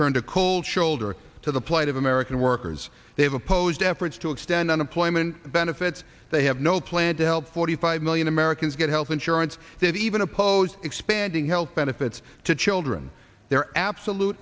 turned a cold shoulder to the play of american workers they have opposed efforts to extend unemployment benefits they have no plan to help forty five million americans get health insurance that even oppose expanding health benefits to children their absolute